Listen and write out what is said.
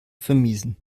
vermiesen